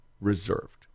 reserved